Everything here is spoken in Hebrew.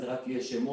זה יהיה רק שמות,